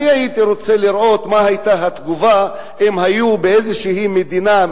אני הייתי רוצה לראות מה היתה התגובה אם באיזו מדינה,